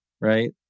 right